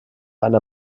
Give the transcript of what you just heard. einer